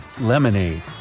lemonade